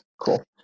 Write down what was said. Cool